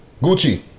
Gucci